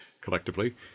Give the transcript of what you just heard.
collectively